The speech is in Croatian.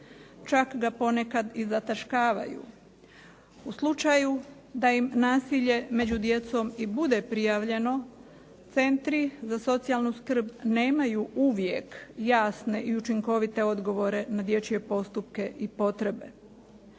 čak ga ponekad i zataškavaju. U slučaju da im nasilje među djecom i bude prijavljeno centri za socijalnu skrb nemaju uvijek jasne i učinkovite odgovore na dječje postupke i potrebe.